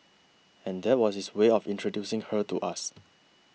and that was his way of introducing her to us